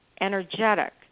energetic